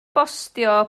bostio